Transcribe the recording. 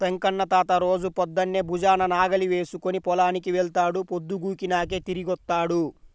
వెంకన్న తాత రోజూ పొద్దన్నే భుజాన నాగలి వేసుకుని పొలానికి వెళ్తాడు, పొద్దుగూకినాకే తిరిగొత్తాడు